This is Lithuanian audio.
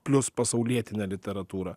plius pasaulietinę literatūrą